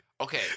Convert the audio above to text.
okay